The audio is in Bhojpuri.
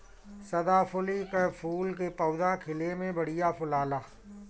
सदाफुली कअ फूल के पौधा खिले में बढ़िया फुलाला